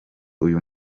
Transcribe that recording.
uyu